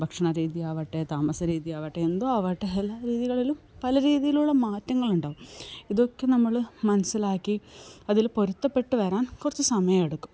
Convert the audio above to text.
ഭക്ഷണ രീതി ആവട്ടെ താമസരീതി ആവട്ടെ എന്തോ ആവട്ടെ എല്ലാ രീതികളിലും പല രീതിയിലുള്ള മാറ്റങ്ങളുണ്ടാവും ഇതൊക്കെ നമ്മള് മനസ്സിലാക്കി അതില് പൊരുത്തപ്പെട്ടു വരാൻ കുറച്ച് സമയെടുക്കും